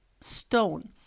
stone